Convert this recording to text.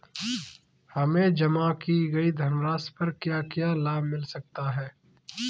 हमें जमा की गई धनराशि पर क्या क्या लाभ मिल सकता है?